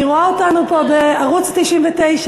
אני רואה אותנו פה בערוץ 99,